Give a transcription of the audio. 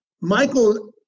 Michael